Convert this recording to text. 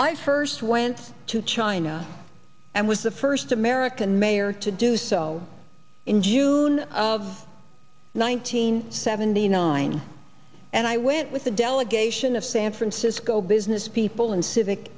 i first went to china and was the first american mayor to do so in june of nineteen seventy nine and i went with a delegation of san francisco businesspeople and civic